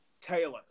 Taylor